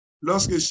Lorsque